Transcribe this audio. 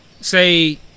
say